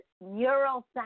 neural